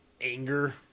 anger